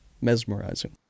mesmerizing